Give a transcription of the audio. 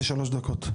ל-3 דקות.